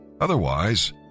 Otherwise